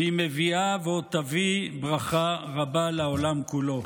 והיא מביאה ועוד תביא ברכה רבה לעולם כולו.